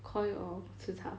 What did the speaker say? KOI or CHICHA